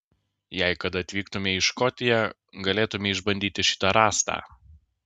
jei kada atvyktumei į škotiją galėtumei išbandyti šitą rąstą